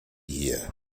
hier